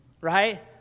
Right